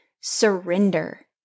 surrender